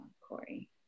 Corey